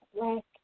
black